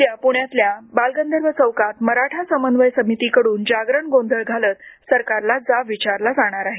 उद्या प्ण्यातल्या बालगंधर्व चौकात मराठा समनव्य समितीकड्रन जागरण गोंधळ घालत सरकारला जाब विचारला जाणार आहे